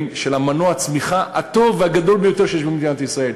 של מנוע הצמיחה הטוב ביותר של מדינת ישראל,